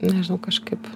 nežinau kažkaip